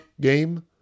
game